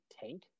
tank